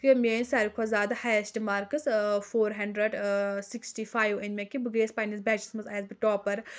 فِر مےٚ أنۍ ساروٕے کھۄتہٕ زیادٕ highest marks four hundred and sixty five أنۍ مےٚ کہِ بہٕ گٔیَس پَنٕنِس بیٚچس منٛز آیس بہٕ ٹاپر